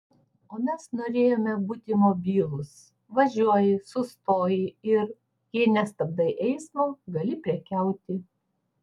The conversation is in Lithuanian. o mes norėjome būti mobilūs važiuoji sustoji ir jei nestabdai eismo gali prekiauti